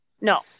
No